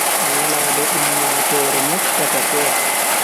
Nyalande ummatoore moftata seya.